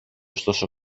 ωστόσο